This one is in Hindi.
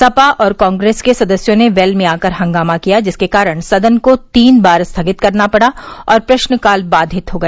सपा और कांग्रेस के सदस्यों ने वेल में आकर हंगामा किया जिसके कारण सदन को तीन बार स्थगित करना पड़ा और प्रर्नकाल बाधित हो गया